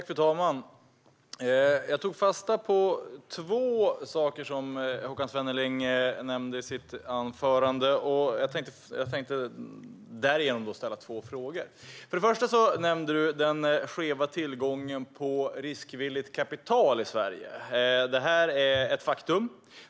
Fru talman! Jag tog fasta på två saker som Håkan Svenneling nämnde i sitt anförande, och jag tänkte därför ställa två frågor. Först nämnde han den skeva tillgången på riskvilligt kapital i Sverige. Det är ett faktum.